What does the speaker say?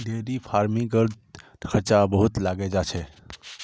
dairy फ़ार्मिंगत खर्चाओ बहुत लागे जा छेक